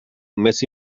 més